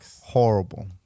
Horrible